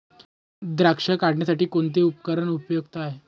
द्राक्ष काढणीसाठी कोणते उपकरण उपयुक्त आहे?